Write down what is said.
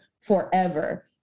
forever